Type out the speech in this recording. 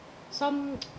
some